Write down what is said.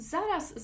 Zaraz